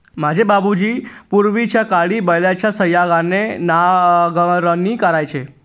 माझे बाबूजी पूर्वीच्याकाळी बैलाच्या सहाय्याने नांगरणी करायचे